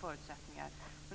förutsättningar.